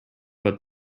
but